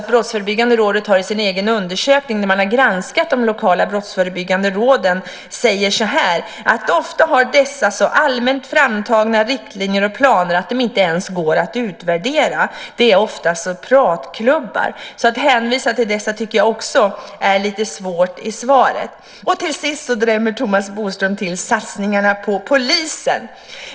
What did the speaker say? Brottsförebyggande rådet har i sin egen undersökning, när man har granskat de lokala brottsförebyggande råden, sagt så här: Ofta har dessa så allmänt framtagna planer och riktlinjer att de inte ens går att utvärdera. Det är alltså ofta pratklubbar. Att hänvisa till dessa tycker jag är lite svagt i svaret. Till sist drämmer Thomas Bodström till med satsningarna på polisen.